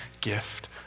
gift